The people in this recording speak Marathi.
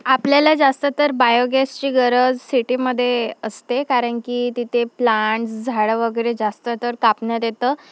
आपल्याला जास्त तर बायोगॅसची गरज सिटीमध्ये असते कारण की तिथे प्लांट्स झाडं वगैरे जास्त तर कापण्यात येतं